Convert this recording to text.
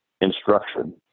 instruction